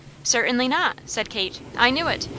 certainly not! said kate. i knew it.